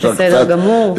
בסדר גמור.